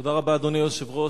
אדוני היושב-ראש,